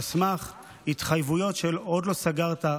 על סמך התחייבויות שעוד לא סגרת,